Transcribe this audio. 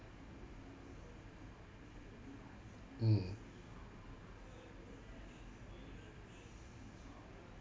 mm